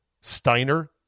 Steiner